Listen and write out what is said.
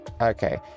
Okay